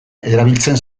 erabiltzen